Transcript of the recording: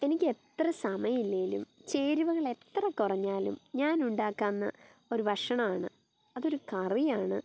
എനിക്ക് എത്ര സമയം ഇല്ലേലും ചേരുവകളെത്ര കുറഞ്ഞാലും ഞാൻ ഉണ്ടാക്കുന്ന ഒരു ഭക്ഷണമാ ണ് അതൊരു കറിയാണ്